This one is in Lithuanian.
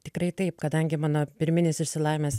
tikrai taip kadangi mano pirminis išsilavinimas